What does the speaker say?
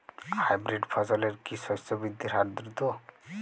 Hybrid ফসলের কি শস্য বৃদ্ধির হার দ্রুত?